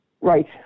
Right